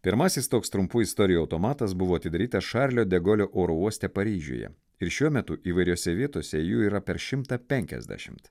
pirmasis toks trumpų istorijų automatas buvo atidarytas šarlio de golio oro uoste paryžiuje ir šiuo metu įvairiose vietose jų yra per šimtą penkiasdešimt